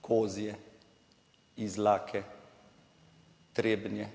Kozje, Izlake Trebnje,